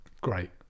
great